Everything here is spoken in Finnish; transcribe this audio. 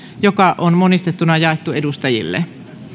joka on monistettuna jaettu edustajille